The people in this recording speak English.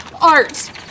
art